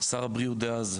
שר הבריאות דאז,